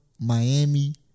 Miami